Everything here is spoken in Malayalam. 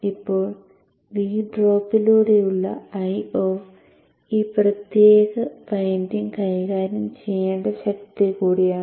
ഇപ്പോൾ V ഡ്രോപ്പിലൂടെയുള്ള Io ഈ പ്രത്യേക വൈൻഡിംഗ് കൈകാര്യം ചെയ്യേണ്ട ശക്തി കൂടിയാണ്